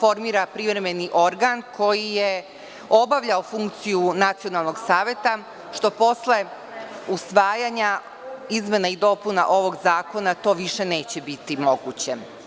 formira privremeni organ koji je obavljao funkciju nacionalnog saveta, što posle usvajanja izmena i dopuna ovog zakona više neće biti moguće.